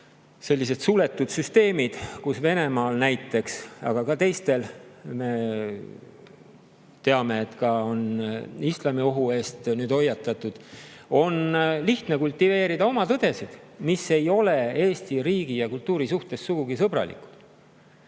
sellised suletud süsteemid, kus – Venemaal näiteks, aga ka teistes [riikides], teame, on ka islamiohu eest nüüd hoiatatud – on lihtne kultiveerida oma tõdesid, mis ei ole Eesti riigi ja kultuuri suhtes sugugi sõbralikud.